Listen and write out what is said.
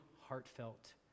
heartfelt